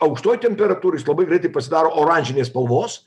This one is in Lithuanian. aukštoj temperatūroj jis labai greitai pasidaro oranžinės spalvos